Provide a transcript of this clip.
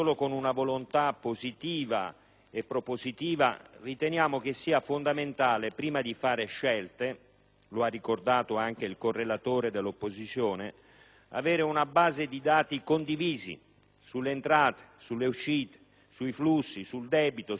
e propositiva, riteniamo sia fondamentale prima di fare delle scelte - come ricordato anche dal relatore dell'opposizione - disporre di una base di dati condivisi sulle entrate, sulle uscite, sui flussi, sul debito e sulle dinamiche aggregate: